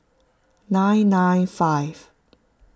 nine nine five